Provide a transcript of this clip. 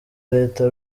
leta